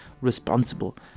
responsible